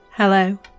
Hello